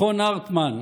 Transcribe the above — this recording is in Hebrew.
מכון הרטמן,